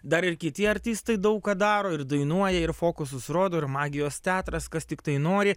dar ir kiti artistai daug ką daro ir dainuoja ir fokusus rodo ir magijos teatras kas tiktai nori